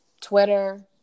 Twitter